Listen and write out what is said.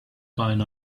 going